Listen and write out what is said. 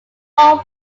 all